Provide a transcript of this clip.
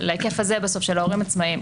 להיקף הזה בסוף של ההורים העצמאיים.